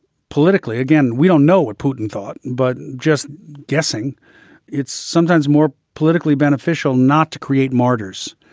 politically, again, we don't know what putin thought, but just guessing it's sometimes more politically beneficial not to create martyrs,